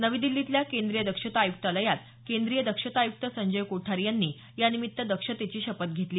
नवी दिल्लीतल्या केंद्रीय दक्षता आयुक्तालयात केंद्रीय दक्षता आयुक्त संजय कोठारी यांनी यानिमित्त दक्षतेची शपथ दिली